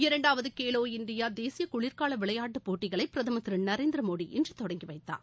இரண்டாவது கேலோ இண்டியா தேசிய குளிாகால விளையாட்டுப் போட்டிகளை பிரதமா் திரு நரேந்திரமோடி இன்று தொடங்கி வைத்தார்